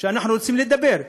אנחנו רוצים לדבר.